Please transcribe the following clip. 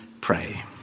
pray